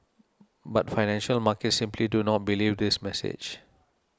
but financial markets simply do not believe this message